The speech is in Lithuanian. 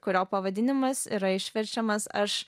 kurio pavadinimas yra išverčiamas aš